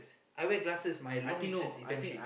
I wear glasses my long distance is damm shit